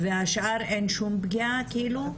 והשאר, אין שום פגיעה כאלו?